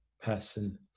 person